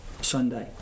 Sunday